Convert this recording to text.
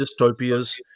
dystopias